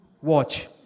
watch